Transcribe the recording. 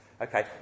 Okay